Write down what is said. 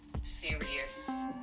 serious